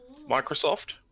Microsoft